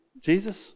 jesus